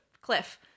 cliff